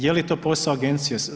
Je li to posao agencije?